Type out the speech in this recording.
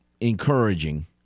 encouraging